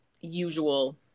usual